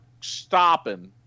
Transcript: stopping